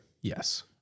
yes